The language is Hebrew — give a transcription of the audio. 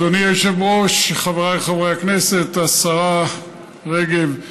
היושב-ראש, חבריי חברי הכנסת, השרה רגב,